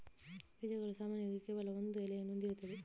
ಬೀಜಗಳು ಸಾಮಾನ್ಯವಾಗಿ ಕೇವಲ ಒಂದು ಎಲೆಯನ್ನು ಹೊಂದಿರುತ್ತವೆ